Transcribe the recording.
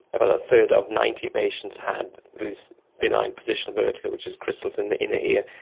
about a third of ninety patients had this benign positional vertigo, which is crystals in the inner ear,